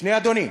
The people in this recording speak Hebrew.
שני אדונים.